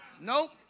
Nope